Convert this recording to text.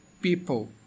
People